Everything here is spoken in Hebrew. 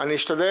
אני אשתדל,